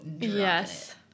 yes